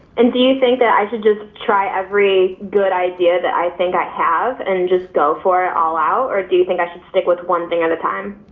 and do you think that i should just try every good idea that i think i have and just go for it all out? or do you think i should stick with one thing at a time?